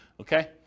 Okay